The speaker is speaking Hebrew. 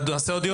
נעשה עוד דיון?